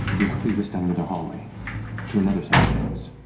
you're quickly whisked down another hallway to another set of stairs.